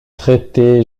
traiter